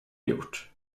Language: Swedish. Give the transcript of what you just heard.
gjort